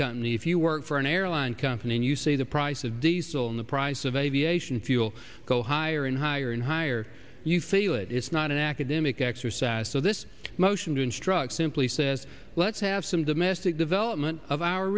company if you work for an airline company and you say the price of diesel and the price of aviation fuel go higher and higher and higher you feel it is not an academic exercise so this motion to instruct simply says let's have some domestic development of our